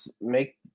make